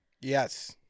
Yes